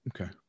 Okay